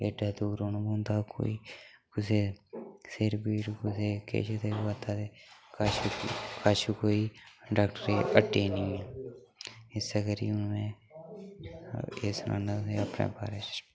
एड्डे दूर औना पौंदा कोई कुसै ई सिर पीड़ ते कुसै गी किश होआ दा ते कश कोई डॉक्टरें दी हट्टी निं ऐ इसै करी में केह् सनाना अपने बारे च